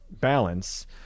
balance